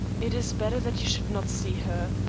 it is better that you should not see her.